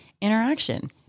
interaction